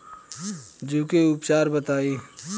जूं के उपचार बताई?